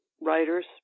writers